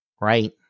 right